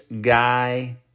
guy